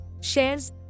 shares